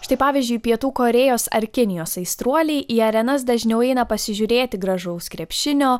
štai pavyzdžiui pietų korėjos ar kinijos aistruoliai į arenas dažniau eina pasižiūrėti gražaus krepšinio